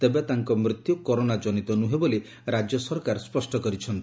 ତେବେ ତାଙ୍କ ମୃତ୍ୟୁ କରୋନା କନିତ ନୁହେଁ ବୋଲି ରାଜ୍ୟ ସରକାର ସ୍କଷ୍ଟ କରିଛନ୍ତି